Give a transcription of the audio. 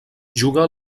juga